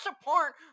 support